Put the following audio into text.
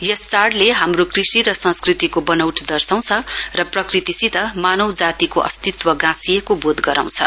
यस चाढ़ले हाम्रो कृषि र संस्कृतिको बनौट दर्शाउँछ र प्रकृतिसित मानव जातिको अस्तित्व गाँसिएको बोध गराउँछ